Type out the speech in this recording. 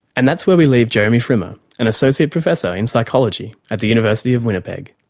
and that's where we leave jeremy frimer, an associate professor in psychology at the university of winnipeg.